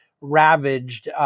ravaged